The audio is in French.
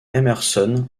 emerson